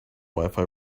wifi